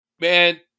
man